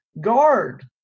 Guard